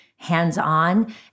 hands-on